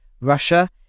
Russia